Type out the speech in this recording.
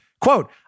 Quote